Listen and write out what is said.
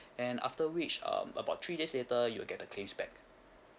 and after which um about three days later you'll get the claims back